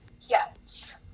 Yes